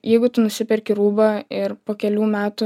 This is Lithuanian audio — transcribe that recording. jeigu tu nusiperki rūbą ir po kelių metų